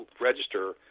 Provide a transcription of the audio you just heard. register